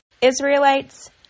Israelites